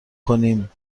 کنیم